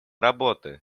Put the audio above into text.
работы